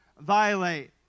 violate